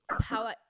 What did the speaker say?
power